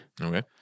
Okay